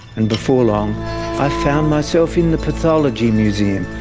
and before long i found myself in the pathology museum,